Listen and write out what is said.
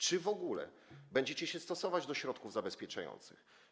Czy w ogóle będzie się stosować do środków zabezpieczających?